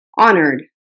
honored